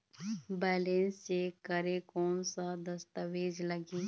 Balance check करें कोन सा दस्तावेज लगी?